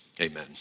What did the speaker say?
amen